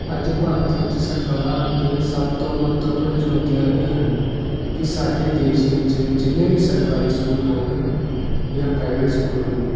ਅੱਜ ਭਾਰਤ ਵਿੱਚ ਸਰਕਾਰਾਂ ਅੱਗੇ ਸਭ ਤੋਂ ਮਹੱਤਵਪੂਰਨ ਚੁਣੌਤੀਆਂ ਇਹ ਹਨ ਕਿ ਸਾਡੇ ਦੇਸ਼ ਵਿੱਚ ਜਿੰਨੇ ਵੀ ਸਰਕਾਰੀ ਸਕੂਲ ਹਨ ਜਾਂ ਪ੍ਰਾਈਵੇਟ ਸਕੂਲ ਹਨ